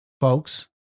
Folks